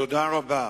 תודה רבה.